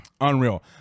Unreal